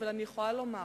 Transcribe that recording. אבל אני יכולה לומר